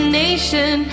nation